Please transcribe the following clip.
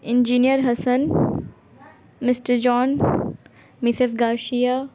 engineer Hasan Mr John Mrs Ghausia